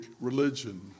religion